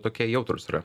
tokie jautrūs yra